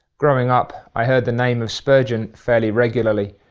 growing up, i heard the name of spurgeon fairly regularly,